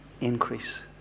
increase